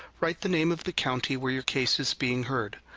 write the name of the county where your case is being heard.